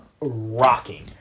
rocking